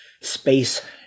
space